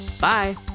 bye